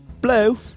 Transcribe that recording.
Blue